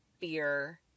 beer